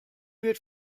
wird